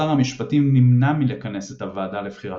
שר המשפטים נמנע מלכנס את הועדה לבחירת